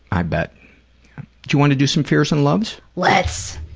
i bet. do you want to do some fears and loves? let's.